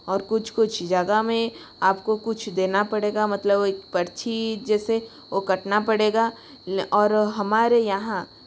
और कुछ कुछ जगह में आपको कुछ देना पड़ेगा मतलब एक पर्ची जैसे ओ कटना पड़ेगा और हमारे यहाँ